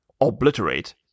Obliterate